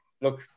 look